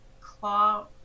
claw